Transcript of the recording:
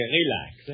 relax